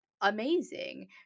amazing